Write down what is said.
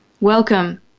Welcome